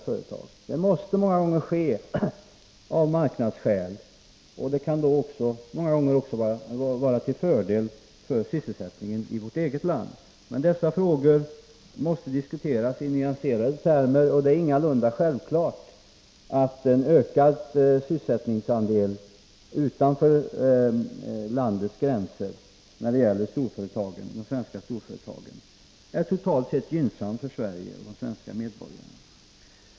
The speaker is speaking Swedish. Sådana investeringar måste många gånger göras av marknadsskäl, och det kan många gånger vara till fördel också för sysselsättningen i vårt land. Men dessa frågor måste diskuteras i nyanserade termer. Det är ingalunda självklart att en ökad sysselsättningsandel utanför landets gränser när det gäller de svenska storföretagen är gynnsam totalt sett för Sverige och de svenska medborgarna.